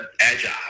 agile